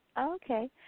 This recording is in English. Okay